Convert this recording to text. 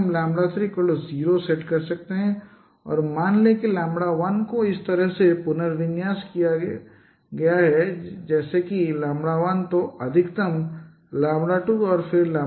हम 3 0 सेट कर सकते हैं और मान लें कि 1 को इस तरह से पुनर्व्यवस्थित किया गया है जैसे कि 1 तो अधिकतम 2 और फिर 3